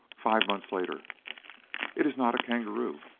five months later it is not a kangaroo.